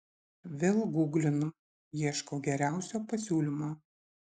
vėl guglinu ieškau geriausio pasiūlymo